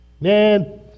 Man